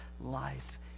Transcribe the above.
life